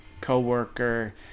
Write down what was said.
coworker